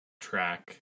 track